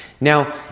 Now